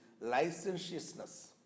licentiousness